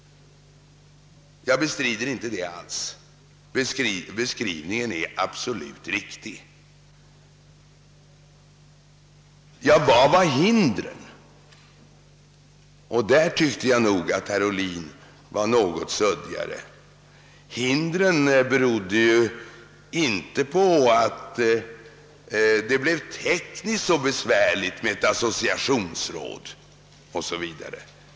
Jag bestrider inte alls detta. Beskrivningen är absolut riktig. Vilka var hindren? På den punkten tyckte jag nog att herr Ohlin uttryckte sig något suddigare. Hindret var ju inte att det skulle bli tekniskt så besvärligt med ett associationsråd o. s. v.